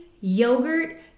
yogurt